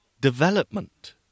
development